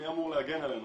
מי אמור להגן עלינו?